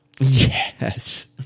yes